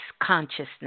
consciousness